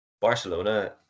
Barcelona